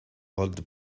old